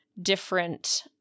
Different